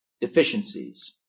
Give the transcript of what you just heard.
deficiencies